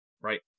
right